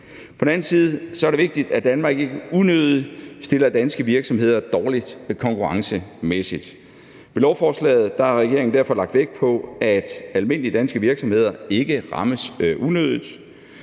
På den anden side er det vigtigt, at Danmark ikke unødigt stiller danske virksomheder dårligt konkurrencemæssigt. Med lovforslaget har regeringen derfor lagt vægt på, at almindelige danske virksomheder ikke rammes unødigt.